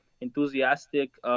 enthusiastic –